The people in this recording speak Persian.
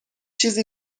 چیزی